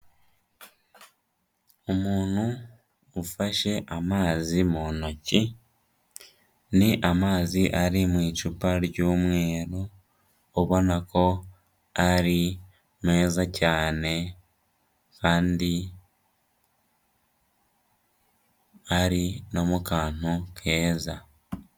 Umuntu ufashe amazi mu ntoki, ni amazi ari mu icupa ry'umweru, ubona ko ari meza cyane kandi ari no mu kantu keza.